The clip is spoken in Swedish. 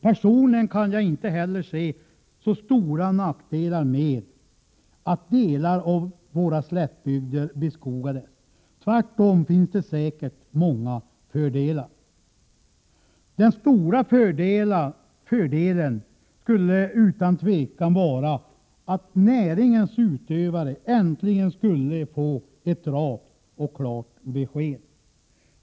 Personligen kan jag inte heller se så stora nackdelar med att delar av våra slättbygder beskogas. Det finns tvärtom säkert många fördelar. Den stora fördelen skulle utan tvivel vara att näringens utövare äntligen skulle få ett rakt och klart besked.